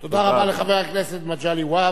תודה רבה לחבר הכנסת מגלי והבה.